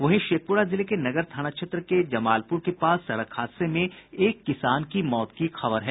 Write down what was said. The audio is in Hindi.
वहीं शेखपुरा जिले के नगर थाना क्षेत्र के जमालपुर के पास सड़क हादसे में एक किसान की मौत की खबर है